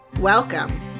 Welcome